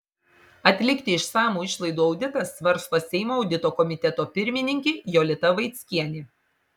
atlikti išsamų išlaidų auditą svarsto seimo audito komiteto pirmininkė jolita vaickienė